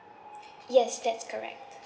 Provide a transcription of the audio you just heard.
yes that's correct